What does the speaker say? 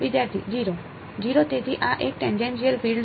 0 તેથી આ એક ટેનજેનશીયલ ફીલ્ડ છે